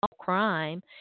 crime